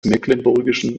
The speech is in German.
mecklenburgischen